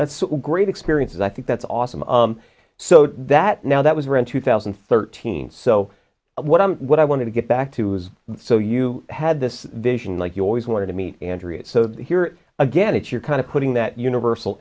that's great experience i think that's awesome so that now that was read two thousand and thirteen so what i'm what i wanted to get back to was so you had this vision like you always wanted to meet and greet so here again it's you're kind of putting that universal